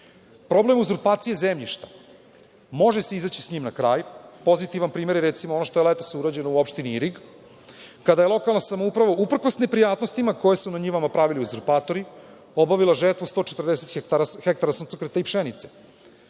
uzurpacije zemljišta? Može se izaći s njim na kraj. Pozitivan primer je, recimo, ono što je letos urađeno u opštini Irig, kada je lokalna samouprava, uprkos neprijatnostima koje su na njivama pravili uzurpatori, obavila žetvu 140 hektara suncokreta i pšenice.